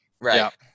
Right